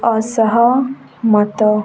ଅସହମତ